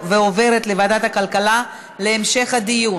ועוברת לוועדת הכלכלה להמשך הדיון.